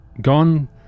gone